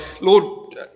Lord